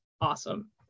awesome